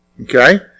Okay